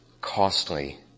costly